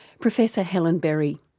professor helen berry.